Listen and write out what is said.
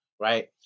right